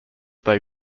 they